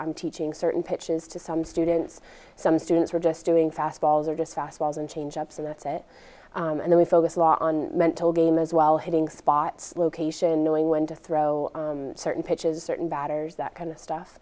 i'm teaching certain pitches to some students some students are just doing fastballs or just fast walls and changeups and that's it and they focus a lot on mental game as well hitting spots location knowing when to throw certain pitches certain batters that kind of stuff